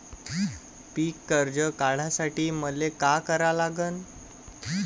पिक कर्ज काढासाठी मले का करा लागन?